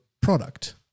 product